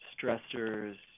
stressors